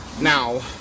Now